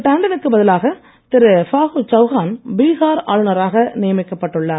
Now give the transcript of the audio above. டான்டனுக்கு பதிலாக திரு ஃபாகு சவுகான் பீகார் ஆளுநராக நியமிக்கப்பட்டுள்ளார்